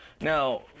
Now